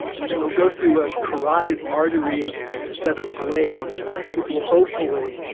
and then they'll go through a carotid artery set of blades that will, hopefully,